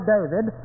David